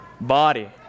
body